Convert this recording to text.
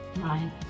Right